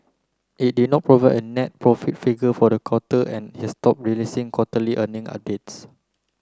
it did not provide a net profit figure for the quarter and has stop releasing quarterly earning updates